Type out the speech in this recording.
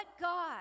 God